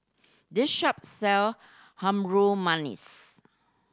this shop sell Harum Manis